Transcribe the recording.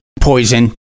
poison